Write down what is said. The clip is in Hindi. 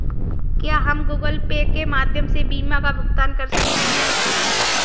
क्या हम गूगल पे के माध्यम से बीमा का भुगतान कर सकते हैं?